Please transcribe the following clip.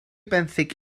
benthyg